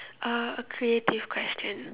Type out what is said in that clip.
uh a creative question